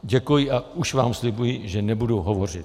Děkuji a už vám slibuji, že nebudu hovořit.